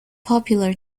popular